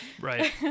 Right